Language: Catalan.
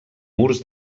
murs